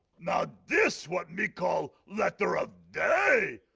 now this what me call letter of day.